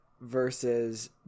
versus